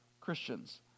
Christians